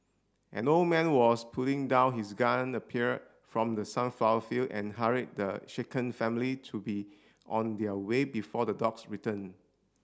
an old man who was putting down his gun appeared from the sunflower field and hurried the shaken family to be on their way before the dogs return